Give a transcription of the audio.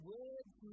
words